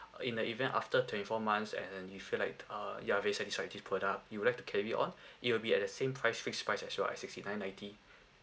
in the event after twenty four months and you feel like uh you are very satisfy with this product you would like to carry on it will be at the same price fixed price as well at sixty nine ninety